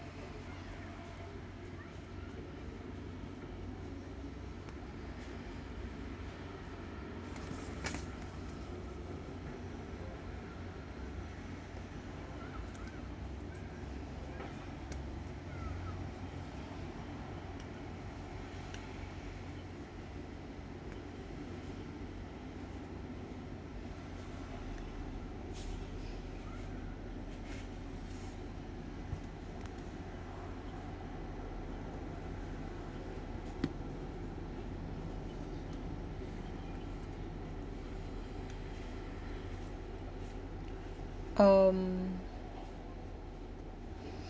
um